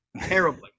terribly